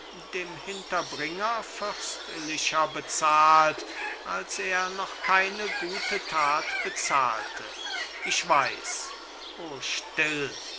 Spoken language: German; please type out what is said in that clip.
dem hinterbringer fürstlicher bezahlt als er noch keine gute tat bezahlte ich weiß o still